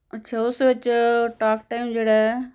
ਅੱਛਾ ਉਸ ਵਿੱਚ ਟਾਕਟਾਈਮ ਜਿਹੜਾ ਹੈ